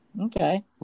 Okay